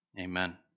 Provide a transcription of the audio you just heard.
Amen